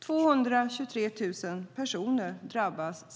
223 000 personer drabbas.